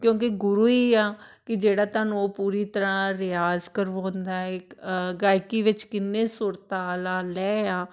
ਕਿਉਂਕਿ ਗੁਰੂ ਹੀ ਆ ਕਿ ਜਿਹੜਾ ਤੁਹਾਨੂੰ ਉਹ ਪੂਰੀ ਤਰ੍ਹਾ ਰਿਆਜ਼ ਕਰਵਾਉਂਦਾ ਹੈ ਗਾਇਕੀ ਵਿੱਚ ਕਿੰਨੇ ਸੁਰ ਤਾਲ ਆ ਲੈਅ ਆ